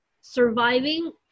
surviving